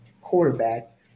quarterback